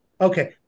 Okay